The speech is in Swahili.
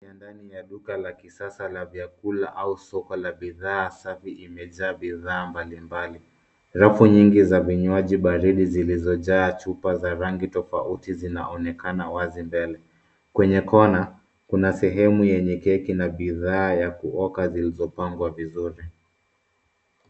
Mandhari ni ya ndani ya duka la kisasa la vyakula, au soko la bidhaa safi imejaa bidhaa mbalimbali. Rafu nyingi za vinywaji baridi zilizojaa chupa za rangi tofauti, zinaonekana wazi mbele. Kwenye kona, kuna sehemu yenye keki na bidhaa ya kuoka, zilizopangwa vizuri.